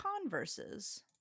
Converses